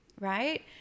right